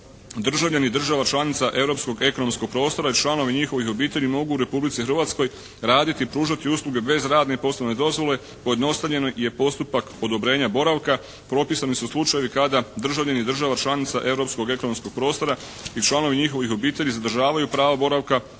državljani država članica europskog ekonomskog prostora i članovi njihovih obitelji mogu u Republici Hrvatskoj raditi, pružati usluge bez radne i poslovne dozvole pojednostavljen je postupak odobrenja boravka, propisani su slučajevi kada državljani država članica europskog ekonomskog prostora i članovi njihovih obitelji zadržavaju pravo boravka za